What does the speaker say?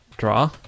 draw